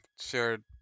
shared